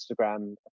Instagram